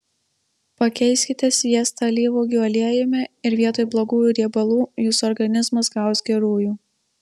pakeiskite sviestą alyvuogių aliejumi ir vietoj blogųjų riebalų jūsų organizmas gaus gerųjų